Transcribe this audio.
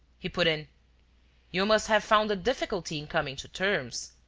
he put in you must have found a difficulty in coming to terms.